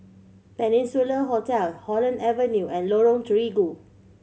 Peninsula Hotel Holland Avenue and Lorong Terigu